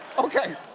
okay.